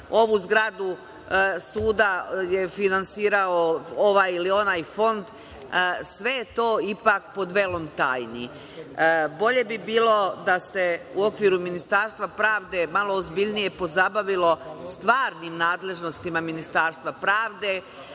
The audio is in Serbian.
ovu zgradu suda je finansirao ovaj ili onaj fond, sve je to ipak pod velom tajni. Bolje bi bilo da se u okviru Ministarstva pravde malo ozbiljnije pozabavilo stvarnim nadležnostima Ministarstva pravde,